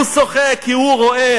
הוא שוחק כי הוא רואה,